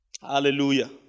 Hallelujah